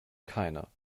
keiner